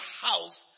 house